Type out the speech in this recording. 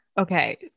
Okay